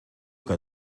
que